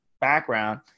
background